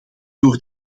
door